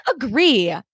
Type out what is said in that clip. agree